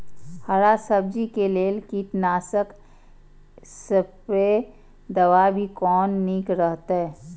हरा सब्जी के लेल कीट नाशक स्प्रै दवा भी कोन नीक रहैत?